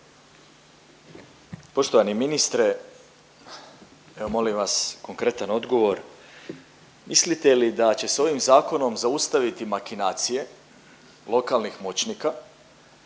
Poštovani ministre, evo molim vas konkretan odgovor, mislite li da će s ovim zakonom zaustaviti makinacije lokalnih moćnika